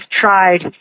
tried